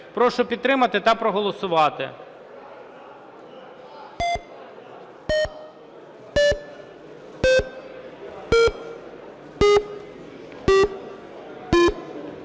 Прошу підтримати та проголосувати.